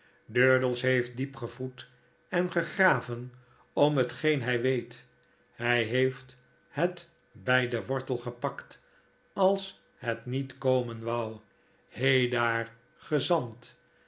durdels heeft diep gewroet en gegraven om hetgeen hy weet hjj heeft het bij den wortel gepakt als het niet komen wou hei daar gezant